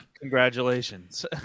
Congratulations